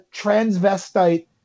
transvestite